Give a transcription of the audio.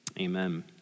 Amen